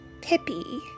pippy